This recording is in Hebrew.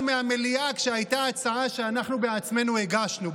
מהמליאה כשהייתה הצעה שאנחנו בעצמנו הגשנו,